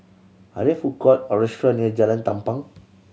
are there food court or restaurant near Jalan Tampang